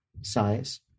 size